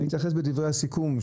אתייחס בדברי הסיכום,